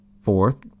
Fourth